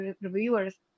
reviewers